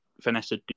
Vanessa